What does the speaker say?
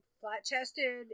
flat-chested